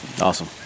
Awesome